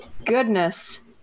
goodness